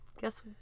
Guess